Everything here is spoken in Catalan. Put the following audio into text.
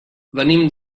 venim